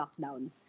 lockdown